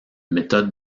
méthode